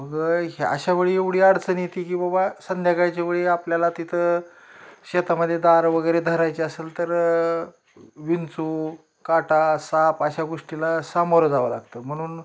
मग हे अशा वेळी एवढी अडचण येती की बाबा संध्याकाळच्या वेळी आपल्याला तिथं शेतामध्ये दार वगैरे धरायचे असेल तर विंचू काटा साप अशा गोष्टीला सामोरं जावं लागतं म्हणून